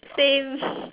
same